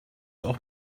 auch